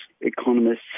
economists